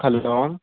hello